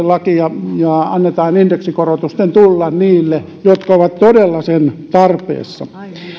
laki hylätään ja annetaan indeksikorotusten tulla niille jotka ovat todella sen tarpeessa